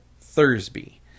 Thursby